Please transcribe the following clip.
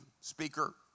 speaker